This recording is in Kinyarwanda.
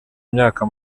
imyaka